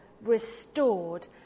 restored